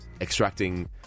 extracting